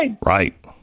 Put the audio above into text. Right